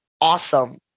Awesome